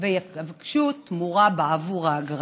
ויבקשו תמורה בעבור האגרה.